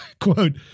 quote